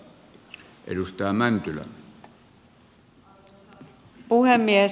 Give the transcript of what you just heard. arvoisa puhemies